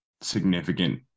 significant –